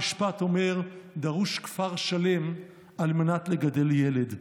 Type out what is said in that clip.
המשפט אומר: דרוש כפר שלם על מנת לגדל ילד.